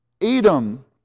Edom